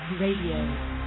Radio